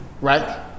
Right